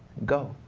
go,